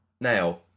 Now